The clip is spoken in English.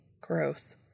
Gross